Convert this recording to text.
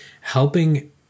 helping